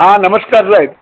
હા નમસ્કાર સાહેબ